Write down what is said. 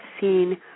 seen